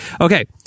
Okay